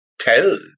Tell